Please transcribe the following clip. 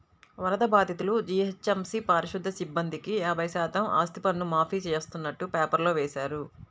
వరద బాధితులు, జీహెచ్ఎంసీ పారిశుధ్య సిబ్బందికి యాభై శాతం ఆస్తిపన్ను మాఫీ చేస్తున్నట్టు పేపర్లో వేశారు